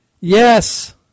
Yes